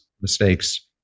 mistakes